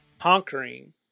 conquering